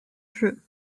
jeu